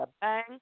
bang